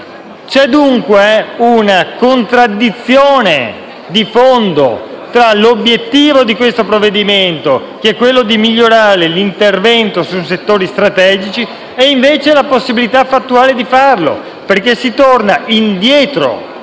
C'è dunque una contraddizione di fondo tra l'obiettivo del provvedimento, che è quello di migliorare l'intervento sui settori strategici e invece la possibilità fattuale di farlo, perché si torna indietro